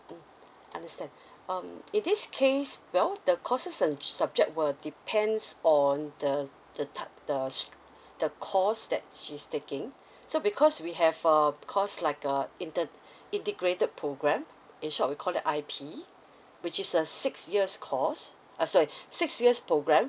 mm understand um in this case well the courses and subject will depends on the the ty~ the s~ the course that she's taking so because we have uh course like a inter~ integrated program in short we call it I_P which is a six years' course uh sorry six years' programme